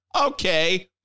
okay